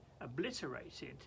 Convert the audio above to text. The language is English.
obliterated